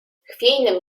chwiejnym